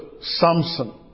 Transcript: Samson